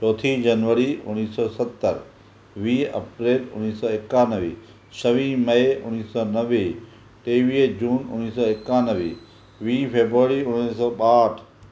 चोथी जनवरी उणिवीह सौ सतरि वीह अप्रेल उणिवीह सौ एकानवे छवीह मइ उणिवीह सौ नवे टेवीह जून उणिवीह सौ एकानवे वीह फेब्रूएरी उणिवीह सौ ॿाहठि